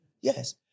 Yes